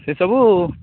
ସେସବୁ